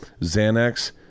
Xanax